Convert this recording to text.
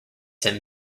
him